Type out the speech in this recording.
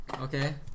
Okay